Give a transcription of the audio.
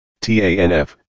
TANF